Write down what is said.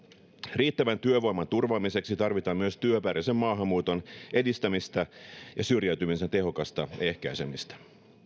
riittävän työvoiman turvaamiseksi tarvitaan myös työperäisen maahanmuuton edistämistä ja syrjäytymisen tehokasta ehkäisemistä